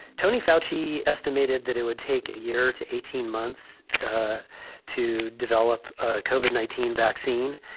tony foushee estimated that it would take a year to eighteen months to develop ah cauvin nineteen vaccine.